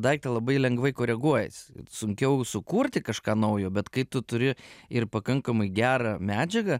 daiktą labai lengvai koreguojasi sunkiau sukurti kažką naujo bet kai tu turi ir pakankamai gerą medžiagą